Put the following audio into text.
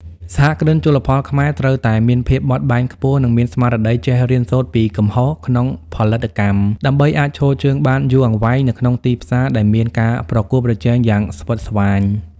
សហគ្រិនជលផលខ្មែរត្រូវតែមានភាពបត់បែនខ្ពស់ និងមានស្មារតីចេះរៀនសូត្រពីកំហុសក្នុងផលិតកម្ម ដើម្បីអាចឈរជើងបានយូរអង្វែងនៅក្នុងទីផ្សារដែលមានការប្រកួតប្រជែងយ៉ាងស្វិតស្វាញ។